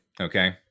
Okay